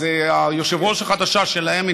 אז היושבת-ראש החדשה שלהם,